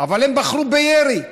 אבל הם בחרו בירי.